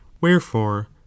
Wherefore